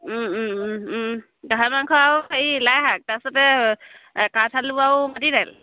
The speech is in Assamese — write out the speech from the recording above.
গাহৰি মাংস আৰু হেৰি লাই শাক তাৰ পিছতে কাঠ আলু আৰু মাটি দাইল